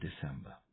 December